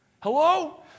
Hello